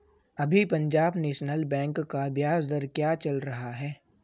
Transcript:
अभी Punjab National Bank का ब्याज दर क्या चल रहा है?